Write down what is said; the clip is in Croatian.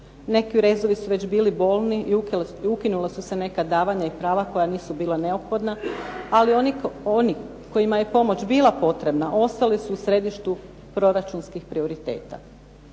Neki rezovi su već bili bolni i ukinule su se neka primanja i davanja koja nisu bila neophodna ali oni kojima je pomoć bila potrebna ostali su u središtu proračunskih prioriteta.